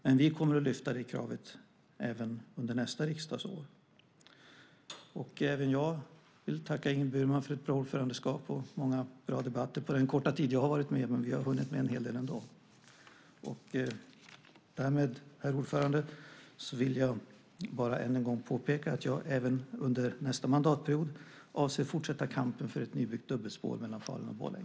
Men vi kommer att lyfta fram detta krav även under nästa riksmöte. Även jag vill tacka Ingrid Burman för ett bra ordförandeskap och många bra debatter under den korta tid som jag har varit med. Men vi har hunnit med en hel del ändå. Herr talman! Jag vill bara än en gång påpeka att jag även under nästa mandatperiod avser att fortsätta kampen för ett nybyggt dubbelspår mellan Falun och Borlänge.